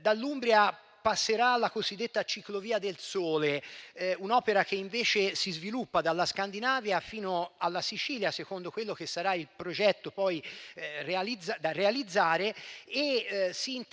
Dall'Umbria passerà la cosiddetta Ciclovia del Sole, un'opera che invece si sviluppa dalla Scandinavia fino alla Sicilia, secondo quello che sarà il progetto poi da realizzare e si interseca